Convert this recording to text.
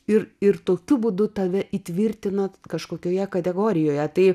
ir ir tokiu būdu tave įtvirtina kažkokioje kategorijoje tai